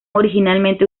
originalmente